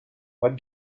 what